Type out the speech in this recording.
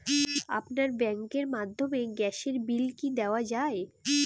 আপনার ব্যাংকের মাধ্যমে গ্যাসের বিল কি দেওয়া য়ায়?